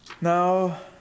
Now